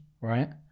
Right